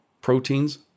proteins